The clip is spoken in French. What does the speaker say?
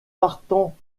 partant